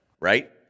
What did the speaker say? Right